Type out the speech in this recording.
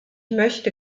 möchte